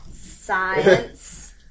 science